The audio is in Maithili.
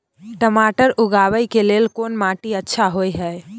टमाटर उगाबै के लेल कोन माटी अच्छा होय है?